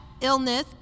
illness